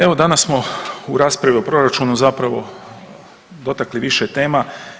Evo danas smo u raspravi o proračunu zapravo dotakli više tema.